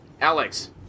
Alex